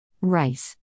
Rice